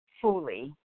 fully